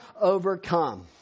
overcome